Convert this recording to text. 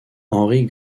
henry